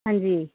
ਹਾਂਜੀ